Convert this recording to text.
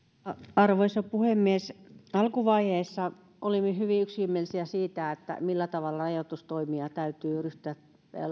arvoisa puhemies alkuvaiheessa olimme hyvin yksimielisiä siitä millä tavalla rajoitustoimia täytyy ryhtyä